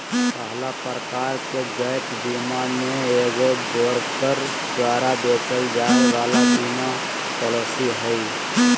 पहला प्रकार के गैप बीमा मे एगो ब्रोकर द्वारा बेचल जाय वाला बीमा पालिसी हय